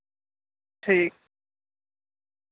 ठीक